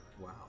wow